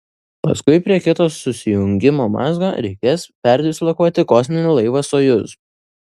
paskui prie kito susijungimo mazgo reikės perdislokuoti kosminį laivą sojuz